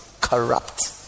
corrupt